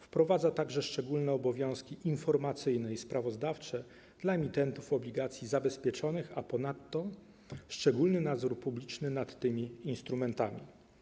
Wprowadza się także szczególne obowiązki informacyjne i sprawozdawcze dla emitentów obligacji zabezpieczonych, a ponadto szczególny nadzór publiczny nad tymi instrumentami.